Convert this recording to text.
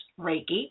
Reiki